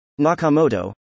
Nakamoto